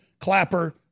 Clapper